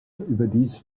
überdies